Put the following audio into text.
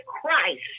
Christ